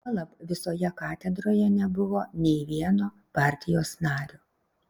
juolab visoje katedroje nebuvo nė vieno partijos nario